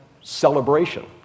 celebration